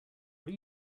are